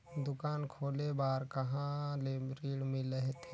दुकान खोले बार कहा ले ऋण मिलथे?